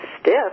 stiff